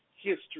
history